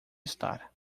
estar